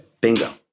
Bingo